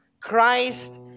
Christ